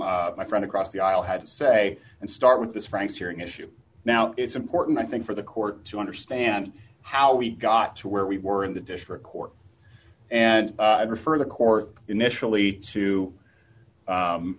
what my friend across the aisle had to say and start with this franks hearing issue now it's important i think for the court to understand how we got to where we were in the district court and refer the court initially to